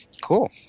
Cool